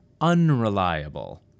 unreliable